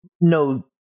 no